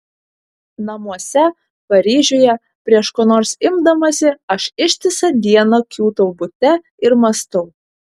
namuose paryžiuje prieš ko nors imdamasi aš ištisą dieną kiūtau bute ir mąstau